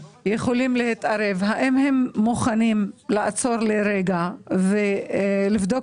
הרשימה הערבית המאוחדת): האם הם מוכנים לעצור לרגע ולבדוק